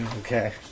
Okay